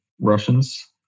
Russians